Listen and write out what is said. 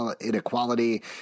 inequality